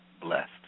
blessed